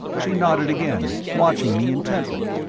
she nodded again, watching me intently.